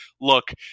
look